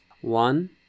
One